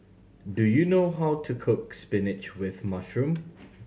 do you know how to cook spinach with mushroom